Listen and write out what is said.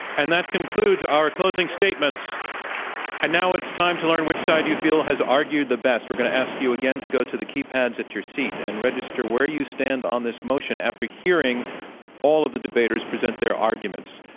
and that concludes our closing statements. and now it's time to learn which side you feel has argued the best. we're going to ask you again to go to the keypads at your seat and register where you stand on this motion after hearing all of the debaters present their arguments.